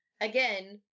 Again